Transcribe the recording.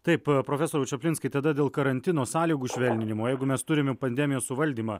taip profesoriau čaplinskai tada dėl karantino sąlygų švelninimo jeigu mes turime pandemijos suvaldymą